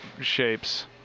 shapes